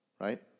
Right